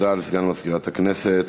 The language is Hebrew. תודה לסגן מזכירת הכנסת.